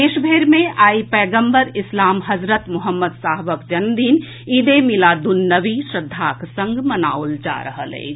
देशभरि मे आई पैगम्बर इस्लाम हजरत मोहम्मद साहबक जन्मदिन ईद ए मिलादुन्नबी श्रद्दाक संग मनाओल जा रहल अछि